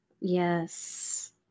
Yes